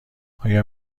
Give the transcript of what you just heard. آیا